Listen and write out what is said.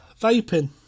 Vaping